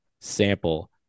sample